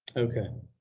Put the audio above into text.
okay.